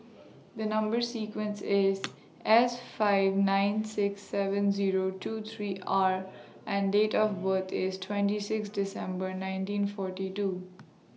The Number sequence IS S five nine six seven Zero two three R and Date of birth IS twenty six December nineteen forty two